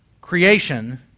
creation